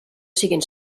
siguin